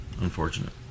Unfortunate